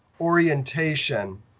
orientation